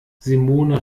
simone